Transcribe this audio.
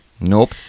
Nope